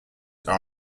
are